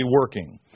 working